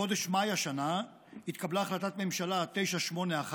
בחודש מאי השנה התקבלה החלטת ממשלה 981,